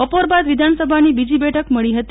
બપોર બાદ વિધાનસભાની બીજી બેઠક મળી હતી